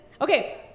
Okay